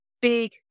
big